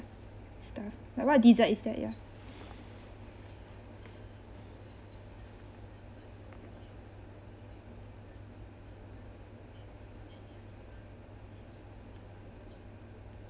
stuff like what dessert is that ya